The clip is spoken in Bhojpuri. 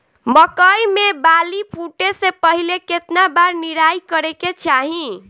मकई मे बाली फूटे से पहिले केतना बार निराई करे के चाही?